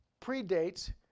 predates